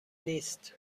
نیست